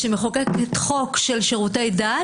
שמחוקקת חוק של שירותי דת,